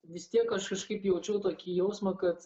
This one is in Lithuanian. vis tiek aš kažkaip jaučiau tokį jausmą kad